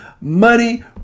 money